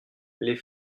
les